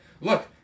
look